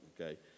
Okay